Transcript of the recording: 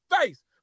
face